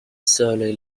slowly